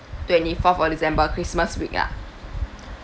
twenty fourth of december christmas week ah